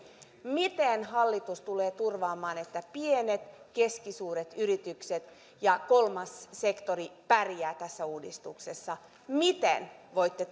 miten hallitus tulee turvaamaan että pienet ja keskisuuret yritykset ja kolmas sektori pärjäävät tässä uudistuksessa miten voitte